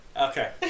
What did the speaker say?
Okay